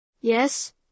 Yes